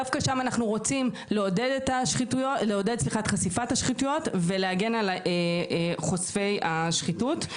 דווקא שם אנחנו רוצים לעודד את חשיפת השחיתויות ולהגן על חושפי השחיתות.